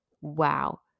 wow